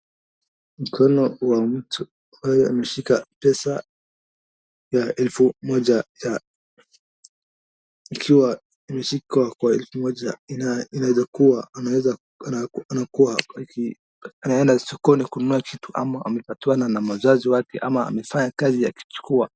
Mkono wa mtu ambaye ameshika pesa ya elfu moja, ikiwa imeshikwa kwa elfu moja inaezakuwa anaenda sokoni kununua kitu ama amepatiwa na mzazi wake ama amefanya kazi akichukua.